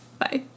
bye